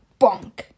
Bonk